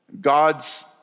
God's